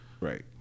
right